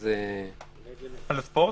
של 500 מטר לפעילות ספורטיבית.